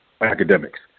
academics